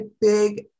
big